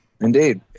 Indeed